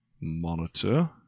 Monitor